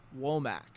Womack